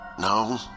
No